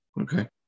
Okay